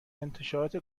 انتشارات